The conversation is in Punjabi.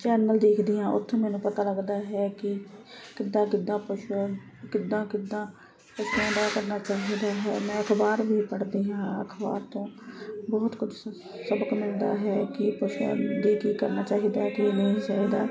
ਚੈਨਲ ਦੇਖਦੀ ਹਾਂ ਉੱਥੇ ਮੈਨੂੰ ਪਤਾ ਲੱਗਦਾ ਹੈ ਕਿ ਕਿੱਦਾਂ ਕਿਦਾਂ ਪਸ਼ੂ ਹੋਇਆ ਕਿੱਦਾਂ ਕਿੱਦਾਂ ਦਾ ਕਿੰਨਾ ਕ ਮੈਂ ਅਖਬਾਰ ਵੀ ਪੜ੍ਹਦੀ ਹਾਂ ਅਖਬਾਰ ਤੋਂ ਬਹੁਤ ਕੁਝ ਮਿਲਦਾ ਹੈ ਕਿ ਕੀ ਕਰਨਾ ਚਾਹੀਦਾ ਕੀ ਨਹੀਂ ਚਾਹੀਦਾ